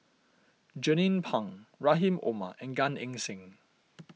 Jernnine Pang Rahim Omar and Gan Eng Seng